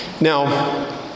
Now